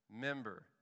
member